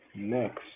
Next